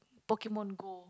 Pokemon-Go